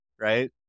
Right